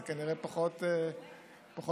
זה כנראה פחות חשוב.